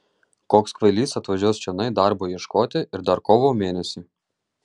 koks kvailys atvažiuos čionai darbo ieškoti ir dar kovo mėnesį